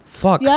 fuck